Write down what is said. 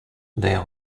there